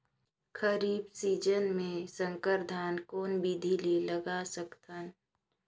खरीफ season मे संकर धान कोन विधि ले लगा सकथन?